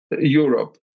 Europe